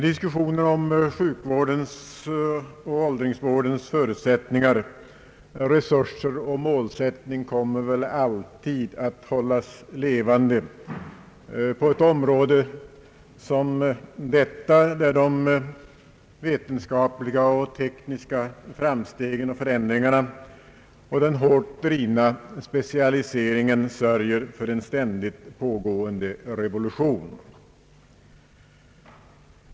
Diskussionen om sjukvårdens och åldringsvårdens förutsättningar, resurser och målsättning kommer väl alltid att hållas levande, eftersom de vetenskapliga och tekniska framstegen och förändringarna och den hårt drivna specialiseringen sörjer för en ständigt pågående revolution på detta område.